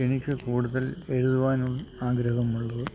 എനിക്ക് കൂടുതൽ എഴുതുവാനും ആഗ്രഹമുള്ളത്